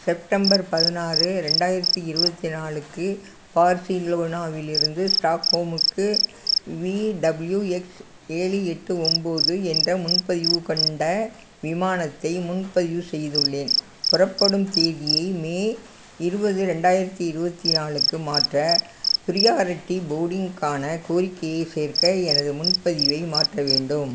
September பதினாறு ரெண்டாயிரத்தி இருபத்தி நாலுக்கு பார்சிலோனாவிலிருந்து ஸ்டாக்ஹோமுக்கு விடபுள்யூஎக்ஸ் ஏழு எட்டு ஒன்போது என்ற முன்பதிவு கொண்ட விமானத்தை முன்பதிவு செய்துள்ளேன் புறப்படும் தேதியை மே இருபது ரெண்டாயிரத்தி இருபத்தி நாலுக்கு மாற்ற பிரியாரிட்டி போர்டிங்க்கான கோரிக்கையைச் சேர்க்க எனது முன்பதிவை மாற்ற வேண்டும்